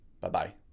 Bye-bye